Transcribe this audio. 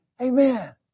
Amen